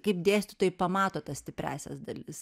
kaip dėstytojai pamato tas stipriąsias dalis